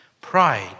Pride